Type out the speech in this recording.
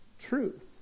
truth